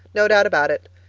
no doubt about it.